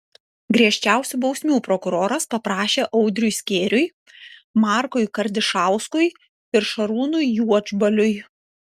griežčiausių bausmių prokuroras paprašė audriui skėriui markui kardišauskui ir šarūnui juodžbaliui